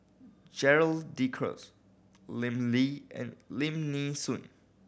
Gerald De Cruz Lim Lee and Lim Nee Soon